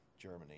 Germany